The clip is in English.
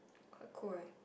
quite cool right